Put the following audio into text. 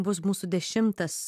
bus mūsų dešimtas